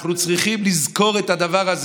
אנחנו צריכים לזכור את הדבר הזה.